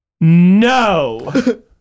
No